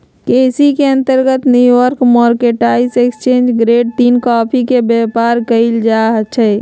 केसी के अंतर्गत New York mercantile exchange grade तीन कॉफी के व्यापार कएल जाइ छइ